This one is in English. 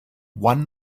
one